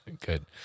Good